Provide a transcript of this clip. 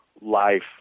life